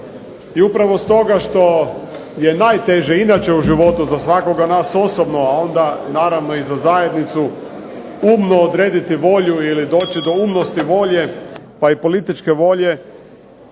I upravo stoga što je najteže inače u životu za svakoga od nas osobno, a onda naravno i za zajednicu umno odrediti volju ili doći do umnosti volje pa i političke volje,